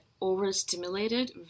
overstimulated